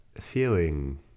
feeling